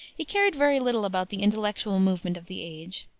he cared very little about the intellectual movement of the age.